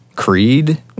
Creed